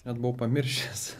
net buvau pamiršęs